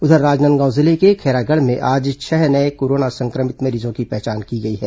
उधर राजनांदगांव जिले के खैरागढ़ में आज छह नये कोरोना संक्रमित मरीजों की पहचान हुई है